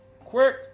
Quick